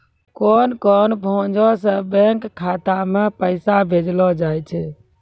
कोन कोन भांजो से बैंक खाता मे पैसा भेजलो जाय छै?